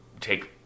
take